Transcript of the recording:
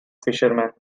fisherman